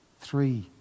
three